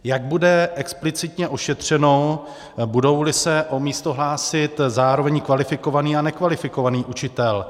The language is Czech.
Jak bude explicitně ošetřeno, budouli se o místo hlásit zároveň kvalifikovaný a nekvalifikovaný učitel?